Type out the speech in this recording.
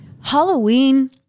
Halloween